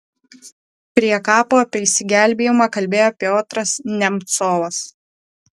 prie kapo apie išsigelbėjimą kalbėjo piotras nemcovas